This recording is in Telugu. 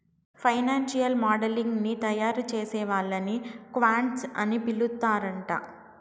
ఫైనాన్సియల్ మోడలింగ్ ని తయారుచేసే వాళ్ళని క్వాంట్స్ అని పిలుత్తరాంట